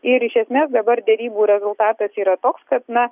ir iš esmės dabar derybų rezultatas yra toks kad na